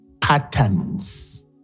patterns